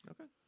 Okay